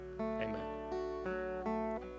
amen